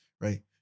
right